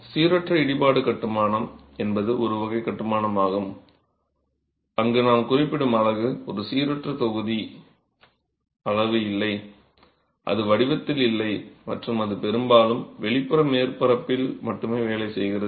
சீரற்ற இடிபாடு கட்டுமானம் என்பது ஒரு வகை கட்டுமானமாகும் அங்கு நாம் குறிப்பிடும் அலகு ஒரு சீரற்ற தொகுதி அளவு இல்லை அது வடிவத்தில் இல்லை மற்றும் அது பெரும்பாலும் வெளிப்புற மேற்பரப்பில் மட்டுமே வேலை செய்கிறது